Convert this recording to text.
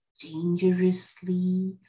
dangerously